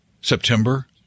September